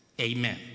amen